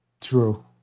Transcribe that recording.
true